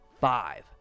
five